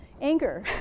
anger